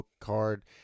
card